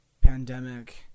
pandemic